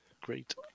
Great